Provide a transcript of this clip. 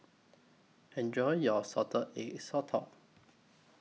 Enjoy your Salted Egg Sotong